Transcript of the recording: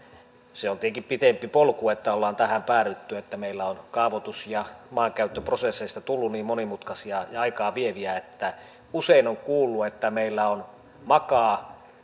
se on tietenkin pitempi polku että ollaan tähän päädytty että meillä on kaavoitus ja maankäyttöprosesseista tullut niin monimutkaisia ja aikaa vieviä usein on kuullut että meillä makaa